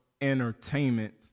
Entertainment